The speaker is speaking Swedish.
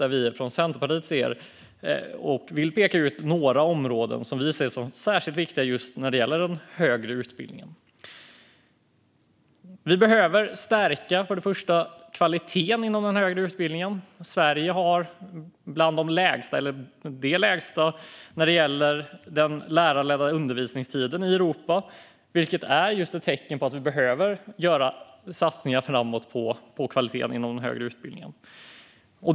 Där vill vi i Centerpartiet peka ut några områden som vi ser som särskilt viktiga när det gäller den högre utbildningen. För det första behöver vi stärka kvaliteten inom den högre utbildningen. Sverige ligger bland de lägsta, eller lägst, när det gäller lärarledd undervisningstid i Europa, vilket är ett tecken på att vi behöver göra satsningar framöver på kvaliteten inom den högre utbildningen.